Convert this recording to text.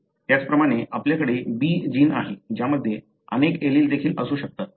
त्याचप्रमाणे आपल्याकडे B gene आहे ज्यामध्ये अनेक एलील देखील असू शकतात